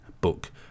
book